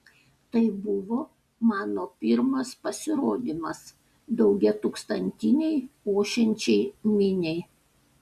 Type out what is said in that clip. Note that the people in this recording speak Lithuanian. tai buvo mano pirmas pasirodymas daugiatūkstantinei ošiančiai miniai